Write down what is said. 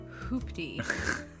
hoopty